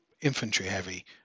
infantry-heavy